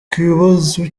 kibazo